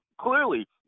clearly